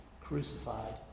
crucified